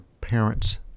parents